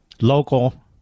local